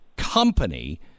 Company